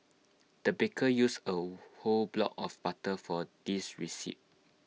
the baker used A whole block of butter for this recipe